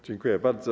Dziękuję bardzo.